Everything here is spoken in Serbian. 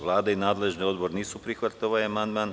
Vlada i nadležni odbor nisu prihvatili ovaj amandman.